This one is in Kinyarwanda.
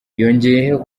yongeyeho